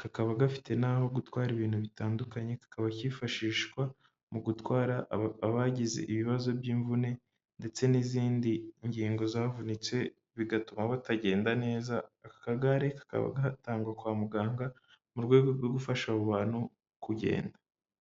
kakaba gafite n'aho gutwara ibintu bitandukanye, kakaba kifashishwa mu gutwara abagize ibibazo by'imvune, ndetse n'izindi ngingo zavunitse bigatuma batagenda neza, aka kagare kakaba gatangwa kwa muganga mu rwego rwo gufasha abo bantu kugenda.